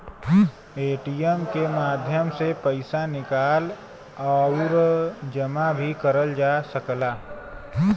ATM के माध्यम से पइसा निकाल आउर जमा भी करल जा सकला